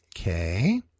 Okay